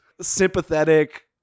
sympathetic